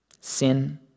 sin